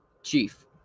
Chief